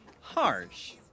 Harsh